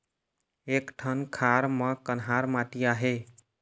एक ठन खार म कन्हार माटी आहे?